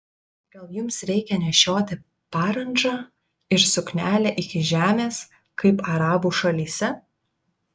gal jums reikia nešioti parandžą ir suknelę iki žemės kaip arabų šalyse